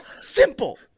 simple